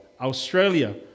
Australia